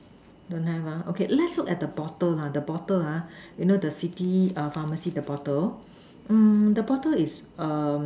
don't have ah okay let's look at the bottle lah the bottle ha you know the city err pharmacy the bottle mm the bottle is err